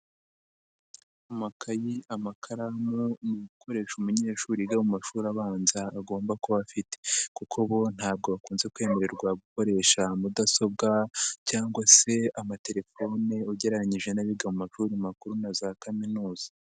Amakayi, amakaramu, ni ibikoresha umunyeshuri wiga mu mashuri abanza agomba kuba afite kuko bo ntabwo bakunze kwemererwa gukoresha mudasobwa cyangwa se amatelefone, ugereranyije n'abiga mu mashuri makuru na za Kaminuza.